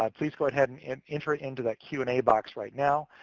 um please go ahead and enter it into that q and a box right now.